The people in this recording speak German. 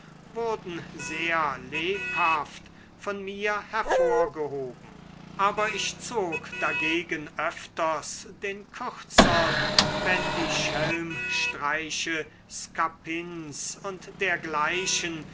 wurden sehr lebhaft von mir hervorgehoben aber ich zog dagegen öfters den kürzern wenn die schelmstreiche scapins und dergleichen